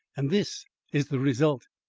and this is the result.